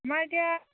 আমাৰ এতিয়া